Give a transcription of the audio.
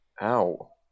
Ow